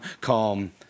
calm